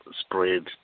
spread